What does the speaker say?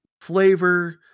flavor